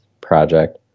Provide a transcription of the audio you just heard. project